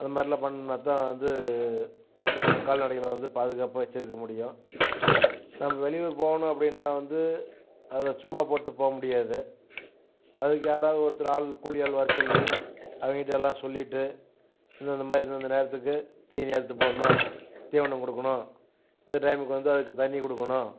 அதுமாதிரிலாம் பண்ணணும்னாத்தான் வந்து அது கால்நடைகளை வந்து பாதுகாப்பாக வச்சிருக்க முடியும் நம்ம வெளியூர் போகணும் அப்படின்னா வந்து அதை சும்மா போட்டு போக முடியாது அதுக்கு யாராவது ஒருத்தர் ஆள் கூலி ஆள் வரச்சொல்லி அவன்கிட்ட எல்லாம் சொல்லிட்டு இந்தந்தமாதிரி இந்தெந்த நேரத்துக்கு தீனி அறுத்து போடணும் தீவனம் கொடுக்கணும் இந்த டைமுக்கு வந்து அதுக்கு தண்ணி கொடுக்கணும்